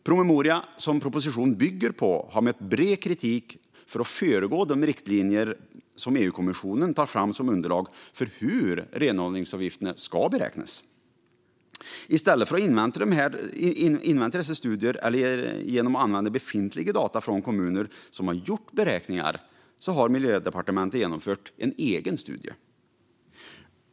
Promemorian som propositionen bygger på har mötts av bred kritik för att föregå de riktlinjer som EU-kommissionen tar fram som underlag för hur renhållningsavgifterna ska beräknas. I stället för att invänta dessa studier eller genom att använda befintliga data från kommuner som gjort beräkningar har Miljödepartementet genomfört en egen studie.